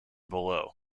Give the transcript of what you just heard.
below